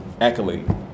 accolade